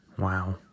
Wow